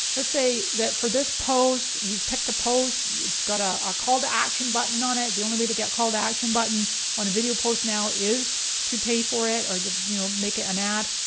let's say that for this post, you've picked the post, it's got a ah call to action button on it. the only way to get call to action button on a video post now is to pay for it or to you know make it an ad.